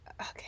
Okay